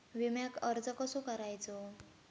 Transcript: विम्याक अर्ज कसो करायचो?